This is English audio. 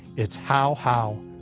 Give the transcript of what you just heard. it's, how, how,